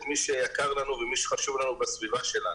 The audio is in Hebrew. מי שיקר לנו ומי שחשוב לנו בסביבה שלנו.